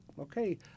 Okay